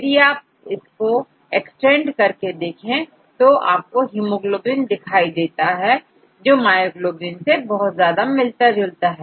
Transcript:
यदि आप इसको एक्सटेंड करके देखें तो आपको हिमोग्लोबिन दिखाई देगा जो मायोग्लोबिन से बहुत ज्यादा मिलता है